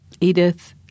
Edith